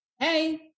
Hey